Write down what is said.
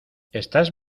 estás